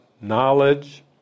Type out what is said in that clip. knowledge